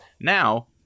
now